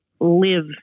live